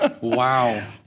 Wow